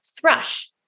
Thrush